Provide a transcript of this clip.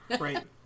right